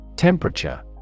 Temperature